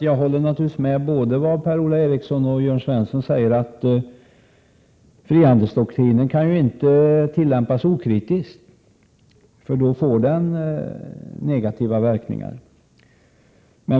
Jag håller med både Per-Ola Eriksson och Jörn Svensson om att frihandelsdoktrinen inte kan tillämpas okritiskt, då den kan få negativa verkningar.